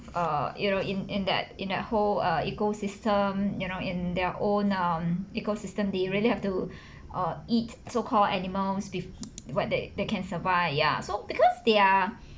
err you know in in that in that whole uh ecosystem you know in their own um ecosystem they really have to uh eat so called animals with what they they can survive ya so because they are